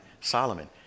solomon